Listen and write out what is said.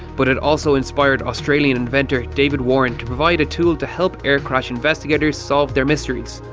but and also inspired australian inventor david warren to provide a tool to help air crash investigators solve their mysteries.